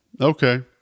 Okay